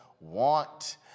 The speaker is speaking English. want